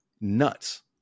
nuts